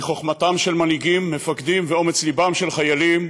מחוכמתם של מנהיגים ומפקדים ואומץ לבם של חיילים.